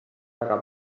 väga